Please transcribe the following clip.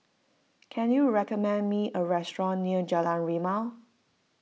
can you recommend me a restaurant near Jalan Rimau